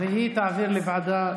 והיא תעביר לוועדת,